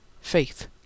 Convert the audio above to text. faith